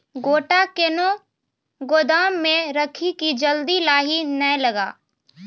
गोटा कैनो गोदाम मे रखी की जल्दी लाही नए लगा?